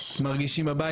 מרגישים בבית.